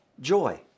joy